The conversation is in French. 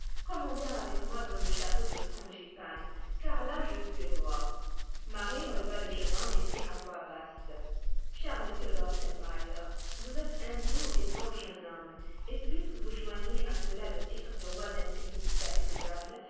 commandez avec moi dans le château de frangipane car là je suis roi marie releva le jeune homme et dit à voix basse cher monsieur drosselmeier vous êtes un doux et bon jeune homme et puisque vous joignez à cela le titre de roi d'un pays agréable